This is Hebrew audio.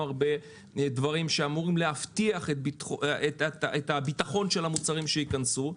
הרבה דברים שאמורים להבטיח את הביטחון של המוצרים שייכנסו.